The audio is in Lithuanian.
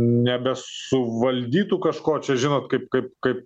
nebesuvaldytų kažko čia žinot kaip kaip kaip